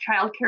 childcare